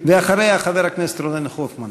אחריה, חבר הכנסת רונן הופמן.